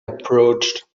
approached